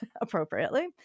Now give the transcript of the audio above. appropriately